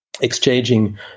exchanging